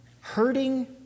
hurting